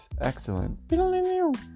Excellent